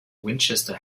winchester